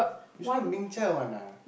this one Ming Qiao one ah